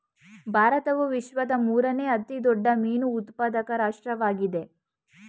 ಭಾರತವು ವಿಶ್ವದ ಮೂರನೇ ಅತಿ ದೊಡ್ಡ ಮೀನು ಉತ್ಪಾದಕ ರಾಷ್ಟ್ರವಾಗಿದೆ